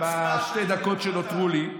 בשתי דקות שנותרו לי,